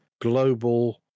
global